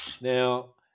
Now